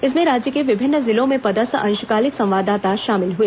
इसमें राज्य के विभिन्न जिलों में पदस्थ अंशकालिक संवाददाता शामिल हुए